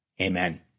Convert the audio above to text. Amen